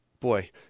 Boy